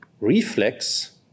reflex